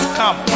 come